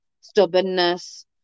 stubbornness